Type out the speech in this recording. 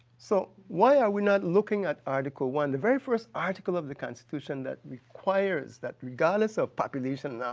so why are we not looking at article one, the very first article of the constitution that requires that regardless of population,